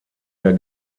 der